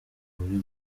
muri